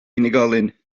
unigolyn